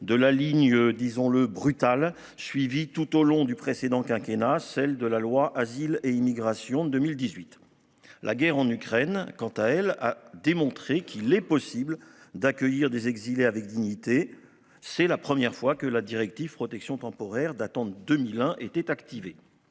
de la ligne disons-le brutale suivie tout au long du précédent quinquennat. Celle de la loi Asile et immigration. 2018. La guerre en Ukraine, quant à elle a démontré qu'il est possible d'accueillir des exilés avec dignité. C'est la première fois que la directive protection temporaire datant de 2001 était activé.